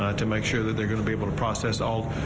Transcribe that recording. ah to make sure that they're going to able to process all.